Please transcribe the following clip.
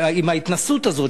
עם ההתנשאות הזאת,